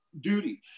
duty